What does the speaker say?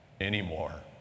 anymore